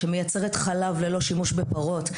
שמייצרת חלב ללא שימוש בפרות,